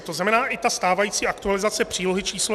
To znamená, i ta stávající aktualizace přílohy číslo